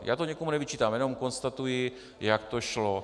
Já to nikomu nevyčítám, jenom konstatuji, jak to šlo.